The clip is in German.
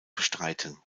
bestreiten